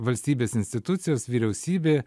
valstybės institucijos vyriausybė